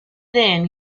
then